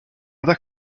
other